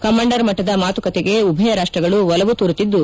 commander ಮಟ್ಟದ ಮಾತುಕತೆಗೆ ಉಭಯ ರಾಷ್ಷಗಳು ಒಲವು ತೋರುತ್ತಿದ್ದು